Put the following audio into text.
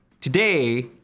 today